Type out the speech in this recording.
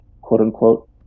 quote-unquote